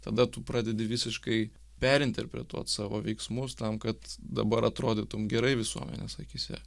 tada tu pradedi visiškai perinterpretuot savo veiksmus tam kad dabar atrodytum gerai visuomenės akyse